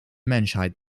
menschheit